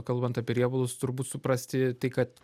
kalbant apie riebalus turbūt suprasti tai kad